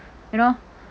you know